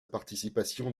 participation